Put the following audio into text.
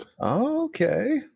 okay